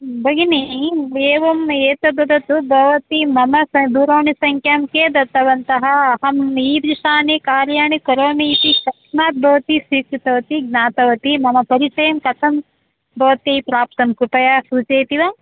भगिनि एवम् एतद् वदतु भवत्यै मम दूरवाणीसङ्ख्यां के दत्तवन्तः अहं ईदृशानि कार्याणि करोमि इति कस्मात् भवती स्वीकृतवती ज्ञातवती मम परिचयं कथं भवती प्राप्तं कृपया सूचयति वा